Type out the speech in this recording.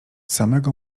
samego